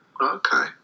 Okay